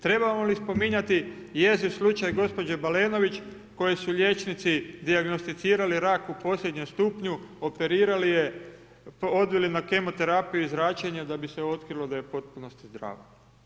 Trebamo li spominjati jeziv slučaj gospođe Balenović, kojoj su liječnici dijagnosticirali rak u posljednjem stupnju, operirali je, odveli na kemoterapije i zračenja, da bi se otkrilo da je u potpunosti zdrava.